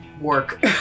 work